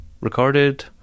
recorded